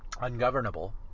ungovernable